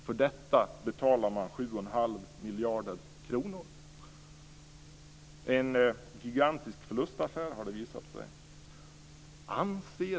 För detta betalar man 7 1⁄2 miljard kronor - en gigantisk förlustaffär, har det visat sig.